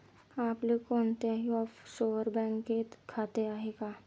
आपले कोणत्याही ऑफशोअर बँकेत खाते आहे का?